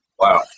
Wow